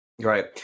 Right